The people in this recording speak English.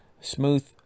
Smooth